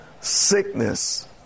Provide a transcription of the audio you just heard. sickness